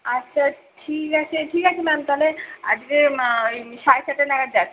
আচ্ছা ঠিক আছে ঠিক আছে ম্যাম তাহলে আজকে ওই সাড়ে ছটা নাগাদ যাচ্ছি